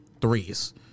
threes